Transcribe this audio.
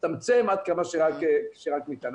תצטמצם עד כמה שרק ניתן.